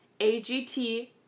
AGT